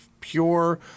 pure